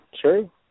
True